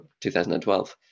2012